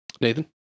Nathan